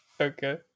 Okay